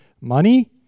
money